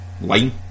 line